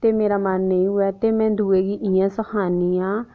ते मेरा मन नेईं होऐ ते मैं दूए गी इ'यां सखान्नी आं